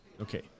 Okay